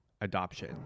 adoption